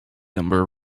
number